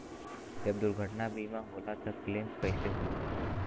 जब दुर्घटना बीमा होला त क्लेम कईसे होला?